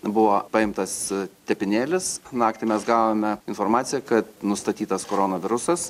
buvo paimtas tepinėlis naktį mes gavome informaciją kad nustatytas koronavirusas